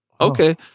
okay